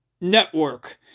Network